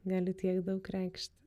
gali tiek daug reikšti